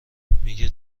میگه